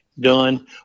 done